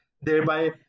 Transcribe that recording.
thereby